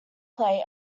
play